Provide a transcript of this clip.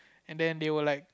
and then they were like